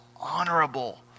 honorable